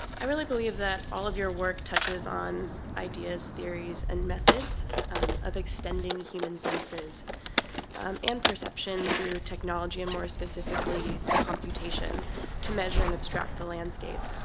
i really believe that all of your work touches on ideas, theories, and methods of extending human senses um and perception through technology, and more specifically, computation to measure and abstract the landscape,